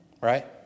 Right